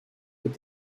with